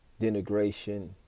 denigration